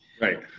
Right